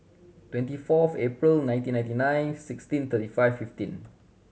twenty fourth April nineteen ninety nine sixteen thirty five fifteen